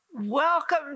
Welcome